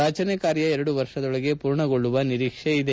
ರಚನೆ ಕಾರ್ಯ ಎರಡು ವರ್ಷದೊಳಗೆ ಪೂರ್ಣಗೊಳ್ಳುವ ನಿರೀಕ್ಷೆ ಇದೆ